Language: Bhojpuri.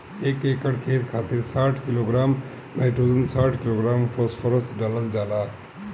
एक एकड़ खेत खातिर साठ किलोग्राम नाइट्रोजन साठ किलोग्राम फास्फोरस डालल जाला?